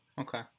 Okay